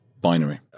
binary